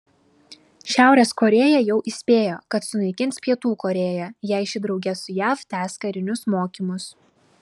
šiaurės korėja jau įspėjo kad sunaikins pietų korėją jei ši drauge su jav tęs karinius mokymus